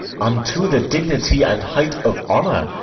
unto the dignity and height of honour,